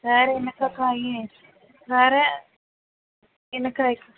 வேறு என்னக்கா காய் வேறு என்ன காய்